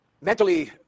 mentally